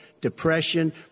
depression